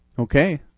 okay,